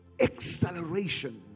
acceleration